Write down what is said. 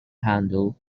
handle